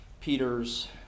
Peter's